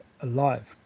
alive